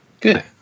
Good